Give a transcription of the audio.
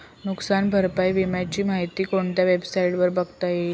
नुकसान भरपाई विम्याची माहिती कोणत्या वेबसाईटवर बघता येईल?